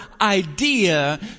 idea